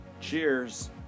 Cheers